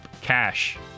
cash